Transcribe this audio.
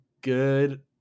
good